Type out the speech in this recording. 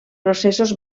processos